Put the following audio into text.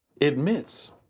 admits